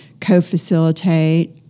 co-facilitate